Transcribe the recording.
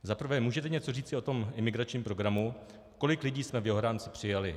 Za prvé: Můžete něco říci o tom imigračním programu, kolik lidí jsme v jeho rámci přijali?